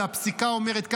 והפסיקה אומרת ככה,